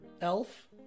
Elf